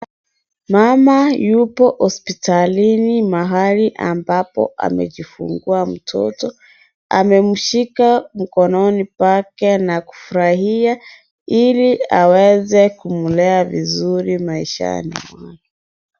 Mama yuko hospitalini mahala ambapo amejifungua mtoto, amemshika mkononi pake na kufrahia, ili aweze kumlea vizuri maishani mwake.